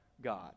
God